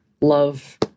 love